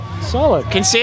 Solid